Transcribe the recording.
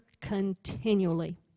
continually